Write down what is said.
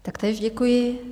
Taktéž děkuji.